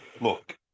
Look